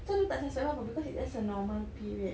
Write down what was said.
so dia tak suspect apa-apa because it's that's her normal period